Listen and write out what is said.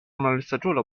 malsaĝulo